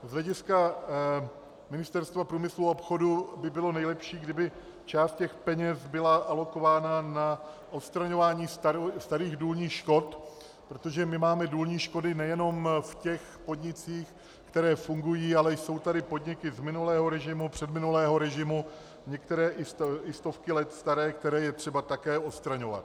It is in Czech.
Z hlediska Ministerstva průmyslu a obchodu by bylo nejlepší, kdyby část peněz byla alokována na odstraňování starých důlních škod, protože máme důlní škody nejenom v podnicích, které fungují, ale jsou tady podniky z minulého režimu, předminulého režimu, některé i stovky let staré, které je třeba také odstraňovat.